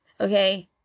Okay